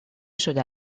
شده